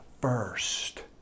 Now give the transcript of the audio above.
first